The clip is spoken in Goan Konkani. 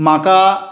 म्हाका